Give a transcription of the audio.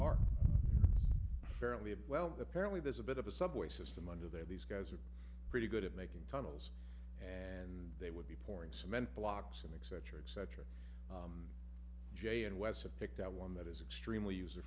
are fairly well apparently there's a bit of a subway system under there these guys are pretty good at making tunnels and they would be pouring cement blocks and eccentric cetera jay and wes have picked out one that is extremely user